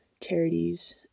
charities